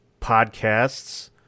podcasts